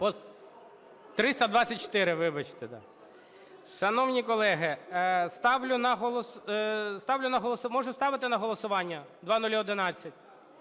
324. Вибачте, так. Шановні колеги, можу ставити на голосування 0011?